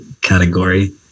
category